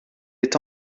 est